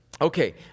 Okay